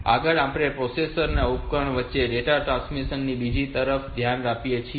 આગળ આપણે પ્રોસેસર અને ઉપકરણ વચ્ચે ડેટા ટ્રાન્સફર ની બીજી રીત પર ધ્યાન આપીએ છીએ